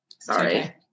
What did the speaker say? Sorry